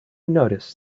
noticed